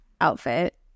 outfit